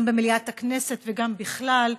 גם במליאת הכנסת וגם בכלל,